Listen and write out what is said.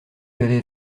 avait